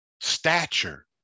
stature